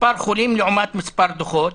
מספר חולים לעומת מספר דוחות